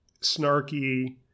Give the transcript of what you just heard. snarky